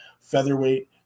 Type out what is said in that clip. featherweight